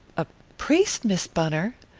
a priest, miss bunner?